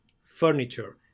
furniture